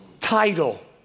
title